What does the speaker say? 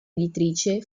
editrice